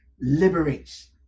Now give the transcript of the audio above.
liberates